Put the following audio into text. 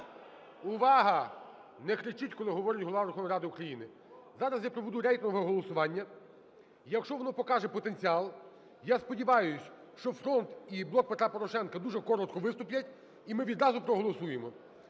Увага, не кричіть, коли говорить Голова Верховної Ради України. Зараз я проведу рейтингове голосування. Якщо воно покаже потенціал, я сподіваюсь, що "Фронт" і "Блок Петра Порошенка" дуже коротко виступлять, і ми відразу проголосуємо.